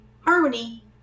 harmony